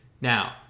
Now